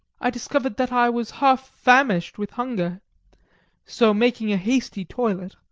i discovered that i was half famished with hunger so making a hasty toilet,